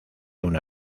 una